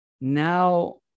now